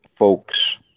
Folks